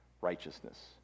righteousness